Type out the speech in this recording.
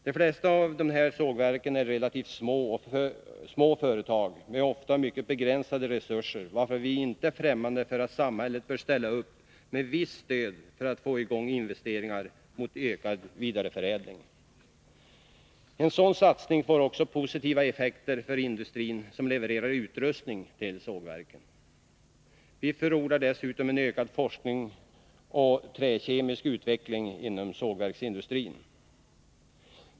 De flesta av dessa sågverk är relativt små företag, med ofta mycket begränsade resurser, varför vi inte är främmande för att samhället bör ställa upp med visst stöd för att få i gång investeringar mot en ökad vidareförädling. En sådan satsning får också positiva effekter för den industri som levererar Vi förordar dessutom en ökad forskning och en träkemisk utveckling inom sågverksindustrin.